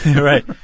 Right